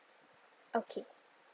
okay